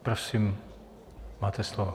Prosím, máte slovo.